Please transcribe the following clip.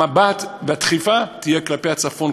המבט והדחיפה יהיו כלפי הצפון,